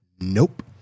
Nope